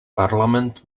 parlament